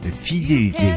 fidélité